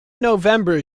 november